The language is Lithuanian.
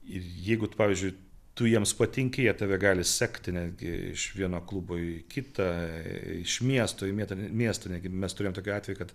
ir jeigu tu pavyzdžiui tu jiems patinki jie tave gali sekti netgi iš vieno klubo į kitą iš miesto į miet miestą net gi mes turėjom tokį atvejį kad